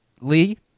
Lee